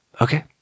Okay